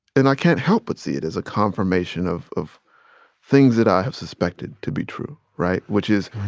and i can't help but see it as a confirmation of of things that i have suspected to be true, right? which is,